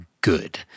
good